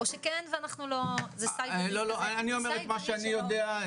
או שכן ואנחנו לא --- מה שאני יודע,